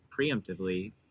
preemptively